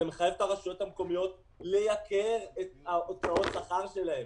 זה מחייב את הרשויות המקומיות לייקר את הוצאות השכר שלהן.